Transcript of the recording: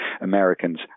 americans